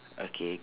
okay